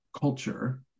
culture